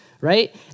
right